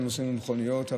נוסעים במכוניות.